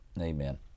Amen